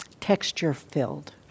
texture-filled